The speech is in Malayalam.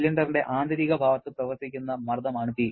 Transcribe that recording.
സിലിണ്ടറിന്റെ ആന്തരിക ഭാഗത്ത് പ്രവർത്തിക്കുന്ന മർദ്ദമാണ് P